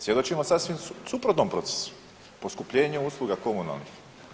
Svjedočimo sasvim suprotnom procesu, poskupljenju usluga komunalnih.